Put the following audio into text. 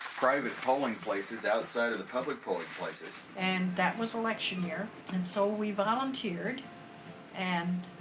private polling places outside of the public polling places. and, that was election year and so, we volunteered and